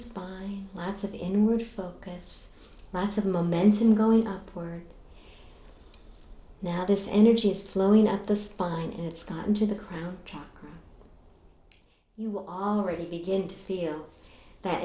spine lots of inward focus lots of momentum going up or now this energy is flowing up the spine and it's gotten to the crown you already begin to feel that